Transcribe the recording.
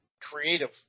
creative